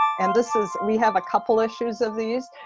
and this is, we have a couple issues of these.